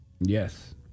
Yes